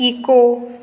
eco